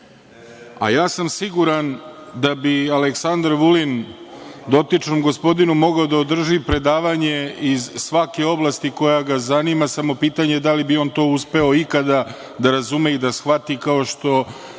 Ja sam siguran da bi Aleksandar Vulin dotičnom gospodinu mogao da održi predavanje iz svake oblasti koja ga zanima, samo pitanje je da li bi on to uspeo ikada da razume i da shvati kao što